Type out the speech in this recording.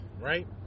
right